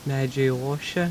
medžiai ošia